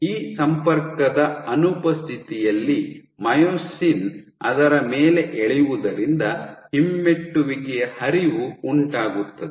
ಈ ಸಂಪರ್ಕದ ಅನುಪಸ್ಥಿತಿಯಲ್ಲಿ ಮೈಯೋಸಿನ್ ಅದರ ಮೇಲೆ ಎಳೆಯುವುದರಿಂದ ಹಿಮ್ಮೆಟ್ಟುವಿಕೆಯ ಹರಿವು ಉಂಟಾಗುತ್ತದೆ